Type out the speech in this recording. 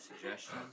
suggestion